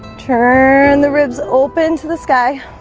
turn the ribs open to the sky